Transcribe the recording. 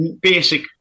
basic